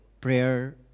prayer